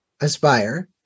Aspire